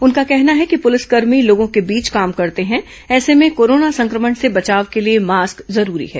उनका कहना है कि पुलिसकर्मी लोगों के बीच काम करते हैं ऐसे में कोरोना संक्रमण से बचाव के लिए मास्क जरूरी है